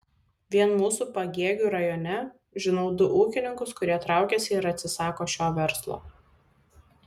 vien mūsų pagėgių rajone žinau du ūkininkus kurie traukiasi ir atsisako šio verslo